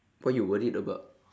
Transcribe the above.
what you worried about